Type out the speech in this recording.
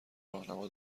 راهنما